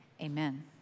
amen